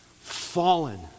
fallen